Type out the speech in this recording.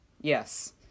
Yes